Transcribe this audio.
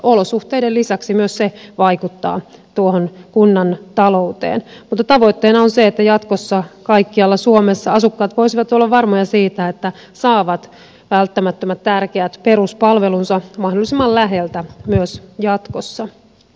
olosuhteiden lisäksi myös se vaikuttaa tuohon kunnan talouteen mutta tavoitteena on se että jatkossa kaikkialla suomessa asukkaat voisivat olla varmoja siitä että saavat välttämättömän tärkeät peruspalvelunsa mahdollisimman läheltä myös jatkossa